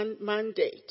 mandate